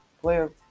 player